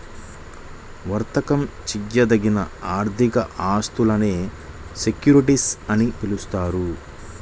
వర్తకం చేయదగిన ఆర్థిక ఆస్తినే సెక్యూరిటీస్ అని పిలుస్తారు